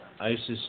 ISIS